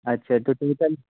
अच्छा तो टोटल